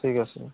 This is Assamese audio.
ঠিক আছে